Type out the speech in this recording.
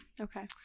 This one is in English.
Okay